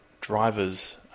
drivers